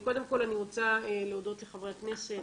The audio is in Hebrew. קודם כל אני רוצה להודות לחברי הכנסת,